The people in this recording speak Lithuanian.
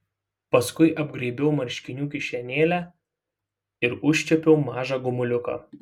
paskui apgraibiau marškinių kišenėlę ir užčiuopiau mažą gumuliuką